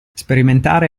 sperimentare